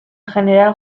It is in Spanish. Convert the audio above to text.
general